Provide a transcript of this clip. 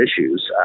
issues